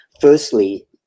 Firstly